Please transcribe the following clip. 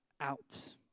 out